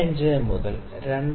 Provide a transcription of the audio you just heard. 25 മുതൽ 2